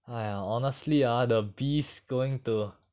!aiya! honestly ah the going to